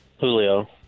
Julio